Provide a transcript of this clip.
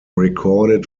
recorded